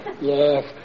Yes